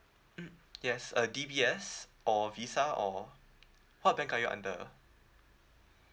mm yes uh D_B_S or visa or what bank are you under